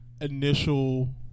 initial